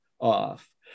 off